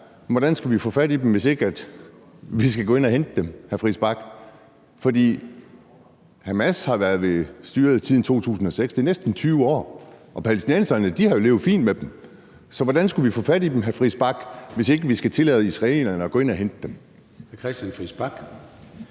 Hvordan skal vi få fat i dem, hvis ikke vi skal gå ind og hente dem, hr. Christian Friis Bach? Hamas har siddet på styret siden 2006. Det er næsten 20 år, og palæstinenserne har levet fint med dem. Så hvordan skal vi få fat i dem, hr. Christian Friis Bach, hvis ikke vi skal tillade israelerne at gå ind og hente dem? Kl. 11:16 Formanden